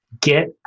Get